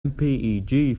mpeg